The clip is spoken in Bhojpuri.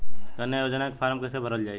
कन्या योजना के फारम् कैसे भरल जाई?